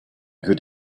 could